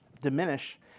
diminish